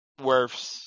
Werfs